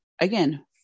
again